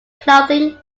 clothing